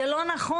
זה לא נכון.